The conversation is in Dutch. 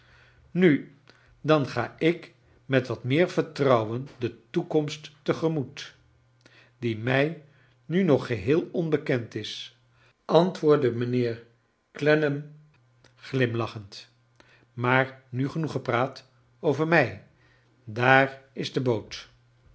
ku dan ga ik met wat meer vertrouwen de toekomst te gemoet die mij nu nog geheel onbekend is antwoordde mijnheer clenman glirnlachend maar nu genoeg gepraat over mij daar is de boot